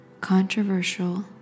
controversial